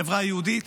חברה יהודית,